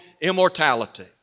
immortality